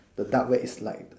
the dark web is like